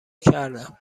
کردم